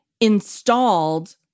installed